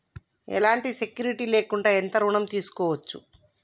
ఎలాంటి సెక్యూరిటీ లేకుండా ఎంత ఋణం తీసుకోవచ్చు?